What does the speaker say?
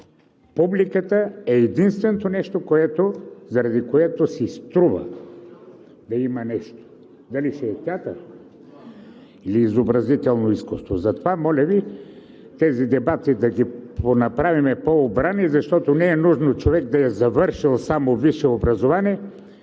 публиката е единственото нещо, заради което си струва да има нещо – дали ще е театър или изобразително изкуство. Затова, моля Ви, да направим тези дебати по-обрани, защото не е нужно човек да е завършил само висше образование